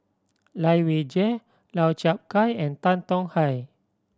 Lai Weijie Lau Chiap Khai and Tan Tong Hye